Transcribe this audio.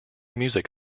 music